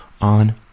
on